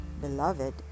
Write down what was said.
Beloved